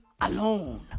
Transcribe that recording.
alone